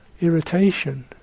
irritation